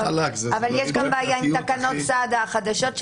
אבל יש גם בעיה עם תקנות סד"א החדשות,